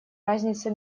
разница